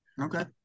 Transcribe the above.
Okay